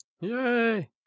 Yay